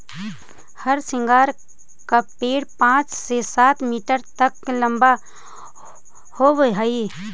हरसिंगार का पेड़ पाँच से सात मीटर तक लंबा होवअ हई